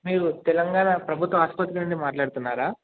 మీరు తెలంగాణ ప్రభుత్వ ఆసుపత్రి నుండి మాట్లాడుతున్నారా